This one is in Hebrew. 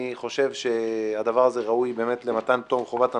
אני חושב שהדבר הזה באמת ראוי למתן פטור חובת הנחה,